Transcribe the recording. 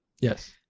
Yes